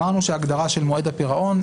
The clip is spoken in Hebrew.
אמרנו שההגדרה של מועד הפירעון,